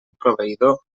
proveïdor